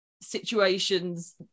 situations